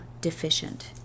deficient